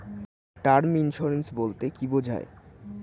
Term insurance বলতে কী বোঝায়?